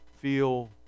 feel